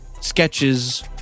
sketches